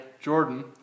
Jordan